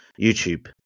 youtube